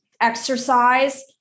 exercise